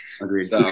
Agreed